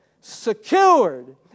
secured